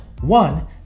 One